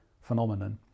phenomenon